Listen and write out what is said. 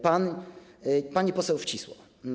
Pani poseł Wcisło.